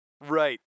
Right